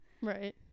right